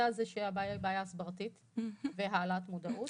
הזה הוא שהבעיה היא הסברתית והעלאת מודעות.